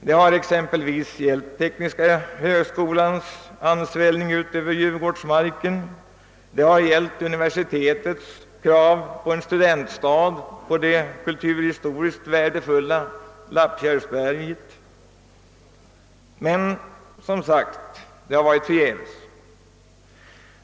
Det har exempelvis gällt tekniska högskolans ansvällning ut över Djurgårdsmarken och det har gällt universitetets krav på en studentstad på det kulturhistoriskt värdefulla Lappkärrsberget, men det har som sagt varit förgäves.